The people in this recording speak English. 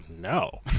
no